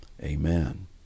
Amen